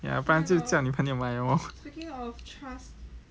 ya 要不然就叫你朋友买 lor